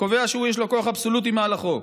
וקובע שיש לו כוח אבסולוטי מעל לחוק.